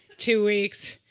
two weeks,